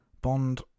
Bond